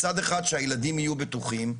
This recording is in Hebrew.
מצד אחד, שהילדים יהיו בטוחים.